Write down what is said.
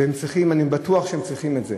והן צריכות, אני בטוח שהן צריכות את זה.